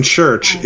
Church